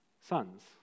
sons